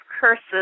curses